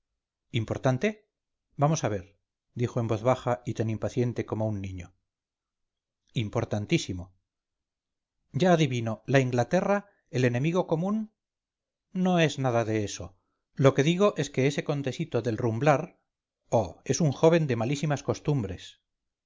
importante vamos a ver dijo en voz baja y tan impaciente como un niño importantísimo ya adivino la inglaterra el enemigo común no es nada de eso lo que digo es que ese condesito del rumblar oh es un joven de malísimas costumbres